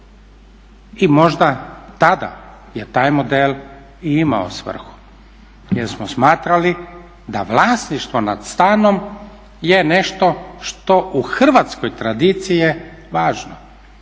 I možda tada je taj model i imao svrhu jer smo smatrali da vlasništvo nad stanom je nešto što u hrvatskoj tradiciji je važno